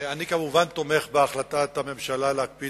אני כמובן תומך בהחלטת הממשלה להקפיא